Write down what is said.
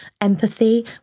empathy